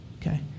okay